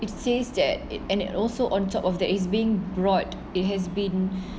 it says that it and it also on top of that is being brought it has been